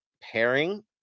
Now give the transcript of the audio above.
pairing